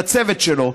ולצוות שלו,